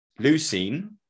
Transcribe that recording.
leucine